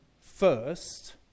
first